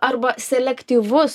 arba selektyvus